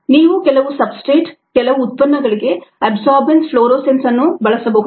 ನೀವು ಕೆಲವು ಸಬ್ಸ್ಟ್ರೇಟ್ ಕೆಲವು ಉತ್ಪನ್ನಗಳಿಗೆ ಅಬ್ಸರ್ರ್ಬನ್ಸ್ ಫ್ಲೋರೆಸೆನ್ಸ್ಅನ್ನು ಬಳಸಬಹುದು